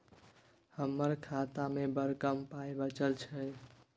हमर खातामे बड़ कम पाइ बचल छै